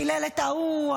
קילל את ההוא,